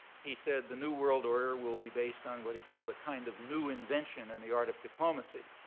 he said the new world order will be based on what he called a kind of new invention in the art of diplomacy.